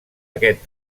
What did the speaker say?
aquest